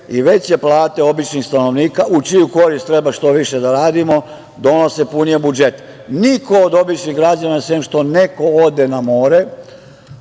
i veće plate običnih stanovnika, u čiju korist treba što više da radimo, donose punije budžete. Niko od običnih građana, sem što neko ode na more,